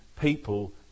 people